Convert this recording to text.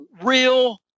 real